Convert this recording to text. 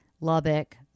Lubbock